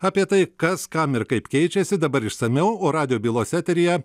apie tai kas kam ir kaip keičiasi dabar išsamiau o radijo bylos eteryje